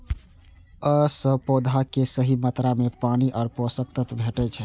अय सं पौधा कें सही मात्रा मे पानि आ पोषक तत्व भेटै छै